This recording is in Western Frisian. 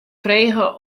frege